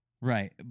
Right